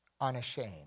unashamed